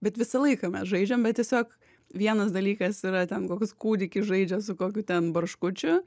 bet visą laiką mes žaidžiam bet tiesiog vienas dalykas yra ten koks kūdikis žaidžia su kokiu ten barškučiu